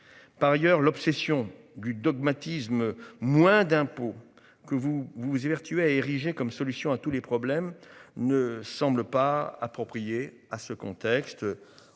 Par ailleurs, l'obsession du dogmatisme. Moins d'impôts que vous vous vous évertué à ériger comme solution à tous les problèmes ne semble pas approprié à ce contexte.